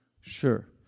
Sure